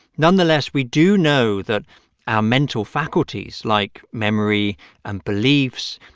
nonetheless, we do know that our mental faculties, like memory and beliefs,